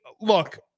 Look